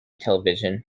television